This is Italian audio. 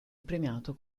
premiato